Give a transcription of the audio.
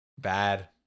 Bad